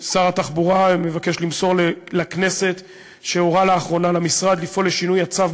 שר התחבורה מבקש למסור לכנסת שהוא הורה לאחרונה למשרד לפעול לשינוי הצו,